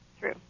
True